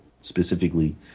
specifically